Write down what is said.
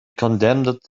condemned